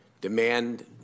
demand